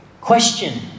question